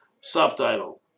Subtitle